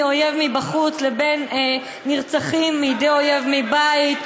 בין אויב מבחוץ לבין נרצחים מידי אויב מבית,